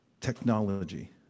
technology